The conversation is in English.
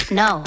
no